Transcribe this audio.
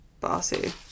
bossy